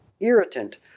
irritant